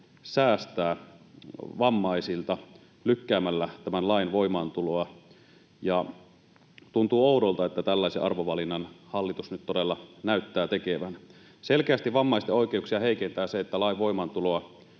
säästää vammaisilta lykkäämällä tämän lain voimaantuloa, ja tuntuu oudolta, että tällaisen arvovalinnan hallitus nyt todella näyttää tekevän. Selkeästi vammaisten oikeuksia heikentää se, että lain voimaantuloa